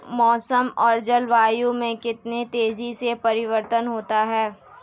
मौसम और जलवायु में कितनी तेजी से परिवर्तन होता है?